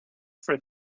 for